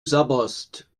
sabberst